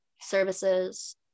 services